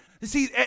See